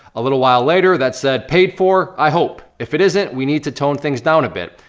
a little while later, that said paid for, i hope. if it isn't, we need to tone things down a bit,